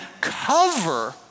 cover